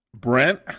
Brent